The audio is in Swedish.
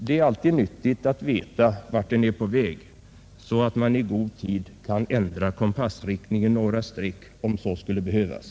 Det är alltid nyttigt att veta vart den är på väg, så att man i god tid kan ändra kompassriktningen några streck om så skulle behövas.